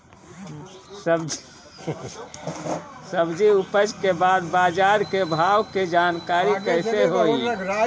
सब्जी उपज के बाद बाजार के भाव के जानकारी कैसे होई?